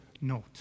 note